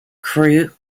crew